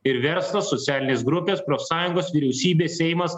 ir verslo socialinės grupės profsąjungos vyriausybė seimas